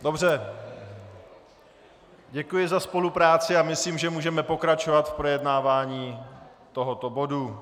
Dobře, děkuji za spolupráci a myslím, že můžeme pokračovat v projednávání tohoto bodu.